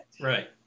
right